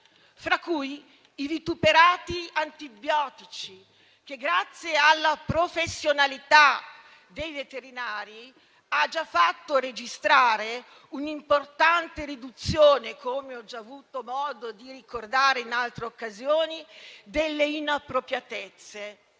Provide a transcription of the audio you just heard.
fra cui i vituperati antibiotici, che, grazie alla professionalità dei veterinari, ha già fatto registrare un'importante riduzione, come ho già avuto modo di ricordare in altre occasioni, delle inappropriatezze,